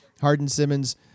Harden-Simmons